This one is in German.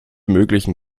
möglichen